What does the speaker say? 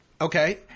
Okay